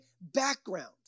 background